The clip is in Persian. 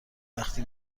وقتی